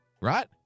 right